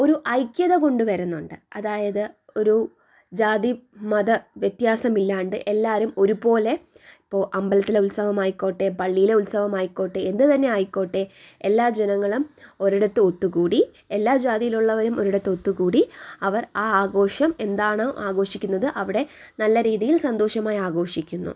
ഒരു ഐക്യത കൊണ്ടുവരുന്നുണ്ട് അതായത് ഒരു ജാതി മത വ്യത്യാസമില്ലാണ്ട് എല്ലാവരും ഒരുപോലെ ഇപ്പോൾ അമ്പലത്തിലെ ഉത്സവമായിക്കോട്ടെ പള്ളിയിലെ ഉത്സവമായിക്കോട്ടെ എന്തു തന്നെ ആയിക്കോട്ടെ എല്ലാ ജനങ്ങളും ഒരിടത്ത് ഒത്തുകൂടി എല്ലാ ജാതിയിലുള്ളവരും ഒരിടത്ത് ഒത്തുകൂടി അവർ ആ ആഘോഷം എന്താണോ ആഘോഷിക്കുന്നത് അവിടെ നല്ല രീതിയിൽ സന്തോഷമായി ആഘോഷിക്കുന്നു